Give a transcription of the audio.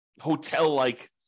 hotel-like